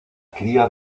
cría